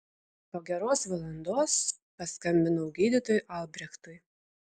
po geros valandos paskambinau gydytojui albrechtui